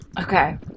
Okay